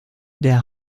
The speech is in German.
der